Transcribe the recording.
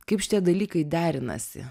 kaip šitie dalykai derinasi